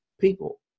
People